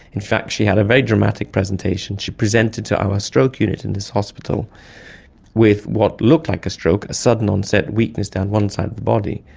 in fact she had a very dramatic presentation, she presented to our stroke unit in this hospital with what looked like a stroke, a sudden onset weakness down one side of the body.